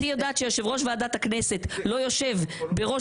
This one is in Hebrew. גברתי יודעת שיושב ראש ועדת הכנסת לא יושב בראש